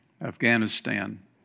Afghanistan